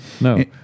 No